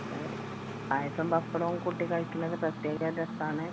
അതെ പായസം പപ്പടം കൂട്ടി കഴിക്കുന്നത് പ്രത്യേക രസമാണ്